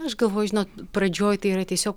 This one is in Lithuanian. aš galvoju žinot pradžioj tai yra tiesiog